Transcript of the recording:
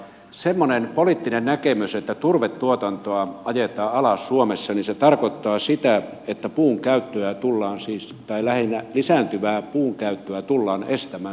semmoinen poliittinen näkemys että turvetuotantoa ajetaan alas suomessa tarkoittaa sitä että puun käyttöä tullaan siispä lähinnä lisääntyvää puun käyttöä tullaan estämään samalla kertaa